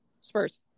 Spurs